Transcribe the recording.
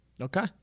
Okay